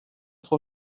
trop